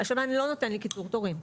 השב"ן לא נותן לי קיצור תורים.